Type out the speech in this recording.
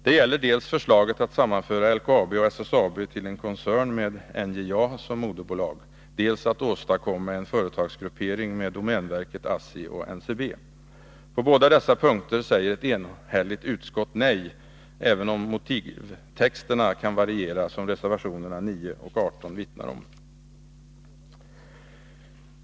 Det gäller dels förslaget att sammanföra LKAB och SSAB till en koncern med NJA som moderbolag, dels att åstadkomma en företagsgruppering med domänverket, ASSI och NCB. På båda dessa punkter säger ett enhälligt utskott nej, även om motivtexterna kan variera, som reservationerna 9 och 18 vittnar om.